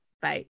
Bye